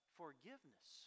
forgiveness